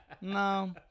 No